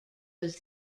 was